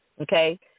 Okay